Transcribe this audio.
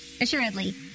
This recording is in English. Assuredly